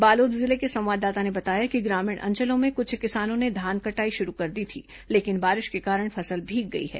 बालोद जिले के संवाददाता ने बताया कि ग्रामीण अंचलों में कुछ किसानों ने धान कटाई शुरू कर दी थी लेकिन बारिश के कारण फसल भीग गई है